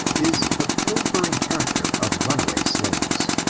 is the pilfering character of runaway slaves.